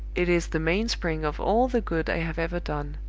it is the mainspring of all the good i have ever done,